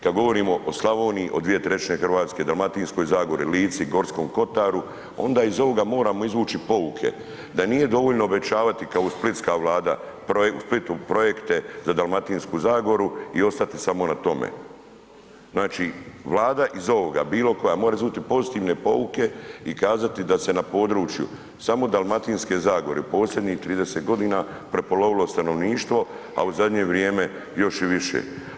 Kad govorimo o Slavoniji, o 2/3 Hrvatske, Dalmatinskoj zagori, Lici, Gorskom kotaru, onda iz ovoga moramo izvući pouke da nije dovoljno obećavati kao splitska vlada, u Splitu projekte za Dalmatinsku zagoru i ostati samo na tome, znači Vlada iz ovoga, bilokoja mora izvući pozitivne pouke i kazati da se na području samo Dalmatinske zagore, u posljednjih 30 g. prepolovilo stanovništvo a u zadnje vrijeme još i više.